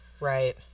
right